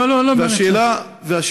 לא, למה רצח?